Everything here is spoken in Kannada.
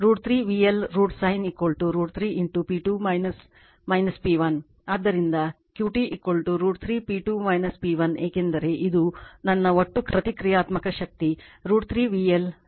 ಆದ್ದರಿಂದ Q T √ 3 P2 P1 ಏಕೆಂದರೆ ಇದು ನನ್ನ ಒಟ್ಟು ಪ್ರತಿಕ್ರಿಯಾತ್ಮಕ ಶಕ್ತಿ √ 3 VL √ sin